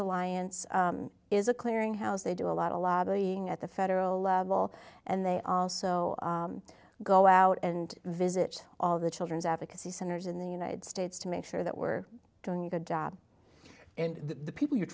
alliance is a clearinghouse they do a lot a lobbying at the federal level and they also go out and visit all the children's advocacy centers in the united states to make sure that we're doing a good job and the people you're